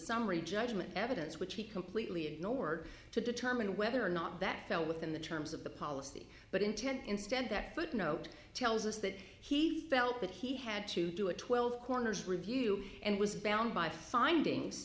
summary judgment evidence which he completely ignored to determine whether or not that fell within the terms of the policy but intent instead that footnote tells us that he felt that he had to do a twelve corners review and was bound by the findings